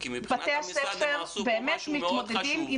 כי מבחינת המשרד הם עשו משהו מאוד חשוב.